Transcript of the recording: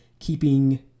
keeping